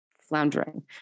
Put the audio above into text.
floundering